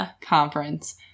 Conference